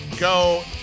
Go